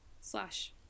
slash